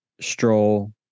Stroll